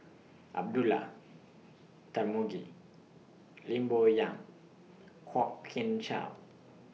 Abdullah Tarmugi Lim Bo Yam Kwok Kian Chow